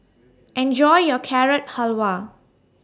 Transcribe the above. Enjoy your Carrot Halwa